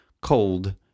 cold